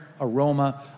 aroma